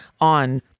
on